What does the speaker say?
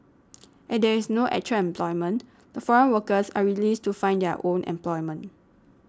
at there is no actual employment the foreign workers are released to find their own employment